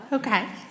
Okay